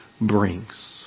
brings